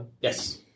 Yes